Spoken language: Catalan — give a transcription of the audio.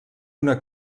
una